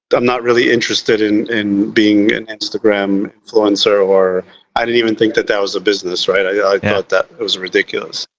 i'm not really interested in in being an instagram influencer. or i didn't even think that that was a business, right? i thought that it was ridiculous.